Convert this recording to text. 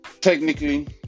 Technically